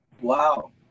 Wow